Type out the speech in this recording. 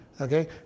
Okay